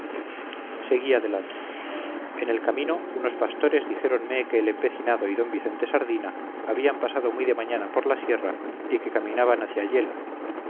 seguí adelante en el camino unos pastores dijéronme que el empecinado y d vicente sardina habían pasado muy de mañana por la sierra y que caminaban hacia yela